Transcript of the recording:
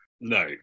No